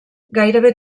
gairebé